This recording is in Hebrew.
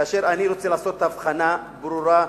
כאשר אני רוצה לעשות הבחנה ברורה וחד-משמעית.